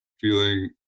feeling